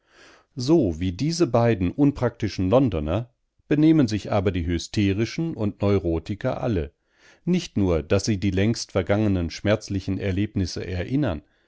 so wie diese beiden unpraktischen londoner benehmen sich aber die hysterischen und neurotiker alle nicht nur daß sie die längst vergangenen schmerzlichen erlebnisse erinnern